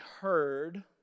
heard